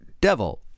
devil